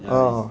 ah